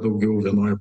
daugiau vienoj